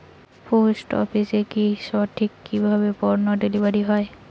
Post অফিসে কি সঠিক কিভাবে পন্য ডেলিভারি হয়?